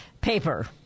paper